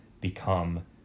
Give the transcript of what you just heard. become